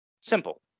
Simple